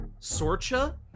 Sorcha